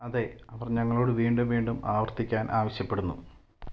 അതെ അവർ ഞങ്ങളോട് വീണ്ടും വീണ്ടും ആവർത്തിക്കാൻ ആവശ്യപ്പെടുന്നു